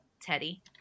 teddy